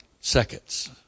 seconds